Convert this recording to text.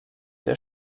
der